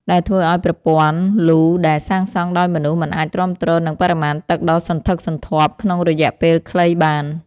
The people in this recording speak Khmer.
ដែលធ្វើឱ្យប្រព័ន្ធលូដែលសាងសង់ដោយមនុស្សមិនអាចទ្រាំទ្រនឹងបរិមាណទឹកដ៏សន្ធឹកសន្ធាប់ក្នុងរយៈពេលខ្លីបាន។